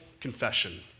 confession